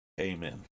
Amen